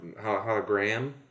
hologram